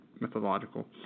mythological